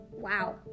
Wow